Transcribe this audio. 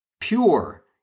pure